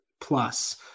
plus